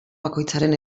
bakoitzaren